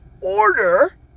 order